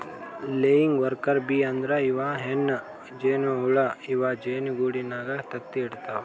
laying worker bee ಅಂದ್ರ ಇವ್ ಹೆಣ್ಣ್ ಜೇನಹುಳ ಇವ್ ಜೇನಿಗೂಡಿನಾಗ್ ತತ್ತಿ ಇಡತವ್